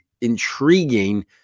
intriguing